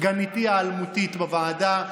סגניתי האלמותית בוועדה,